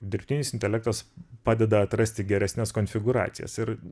dirbtinis intelektas padeda atrasti geresnes konfigūracijas ir